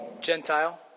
Gentile